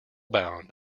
bound